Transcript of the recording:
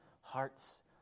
hearts